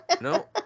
no